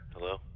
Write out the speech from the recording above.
hello?